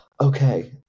Okay